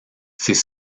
ses